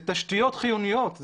זה תשתיות חיוניות,